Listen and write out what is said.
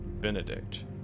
Benedict